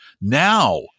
Now